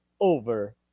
Over